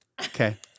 Okay